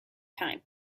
time